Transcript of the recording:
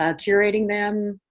ah curating them,